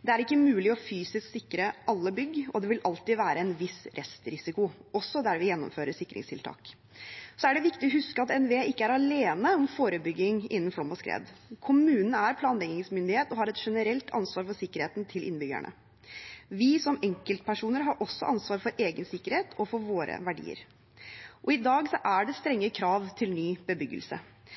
Det er ikke mulig fysisk å sikre alle bygg, og det vil alltid være en viss restrisiko, også der vi gjennomfører sikringstiltak. Så er det viktig å huske at NVE ikke er alene om forebygging innen flom og skred. Kommunen er planleggingsmyndighet og har et generelt ansvar for sikkerheten til innbyggerne. Vi som enkeltpersoner har også ansvar for egen sikkerhet og for våre verdier. I dag er det strenge krav til ny bebyggelse.